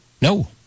No